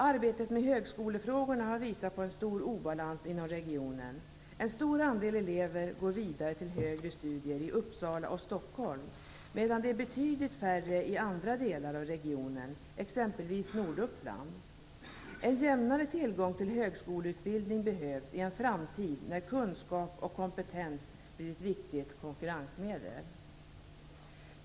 Arbetet med högskolefrågorna har visat på en stor obalans inom regionen. En stor andel elever går vidare till högre studier i Uppsala och Stockholm, medan det är betydligt färre i andra delar av regionen, exempelvis Norduppland. En jämnare tillgång till högskoleutbildning behövs i en framtid när kunskap och kompetens blir ett viktigt konkurrensmedel.